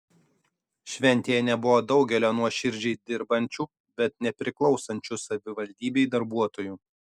šventėje nebuvo daugelio nuoširdžiai dirbančių bet nepriklausančių savivaldybei darbuotojų